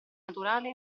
naturale